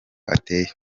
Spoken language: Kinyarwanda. ateye